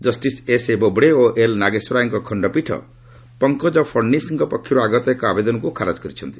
justice S A Bobde ଓ L Nageswara ରାଓଙ୍କ ଖଣ୍ଡପୀଠ ପଙ୍କଜ ଫଡ଼୍ନିସ୍ ପକ୍ଷର୍ ଆଗତ ଏହି ଆବେଦନକୁ ଖାରଜ କରିଛନ୍ତି